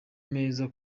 meza